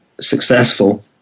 successful